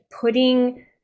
putting